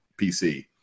PC